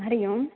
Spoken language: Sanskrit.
हरि ओम्